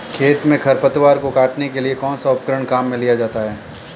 खेत में खरपतवार को काटने के लिए कौनसा उपकरण काम में लिया जाता है?